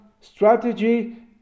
strategy